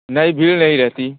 नहीं भीड़ नहीं रहती